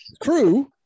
Crew